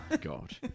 God